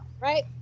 right